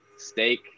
steak